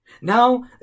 Now